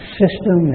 system